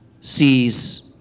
sees